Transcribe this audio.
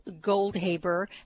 Goldhaber